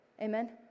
amen